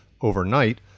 overnight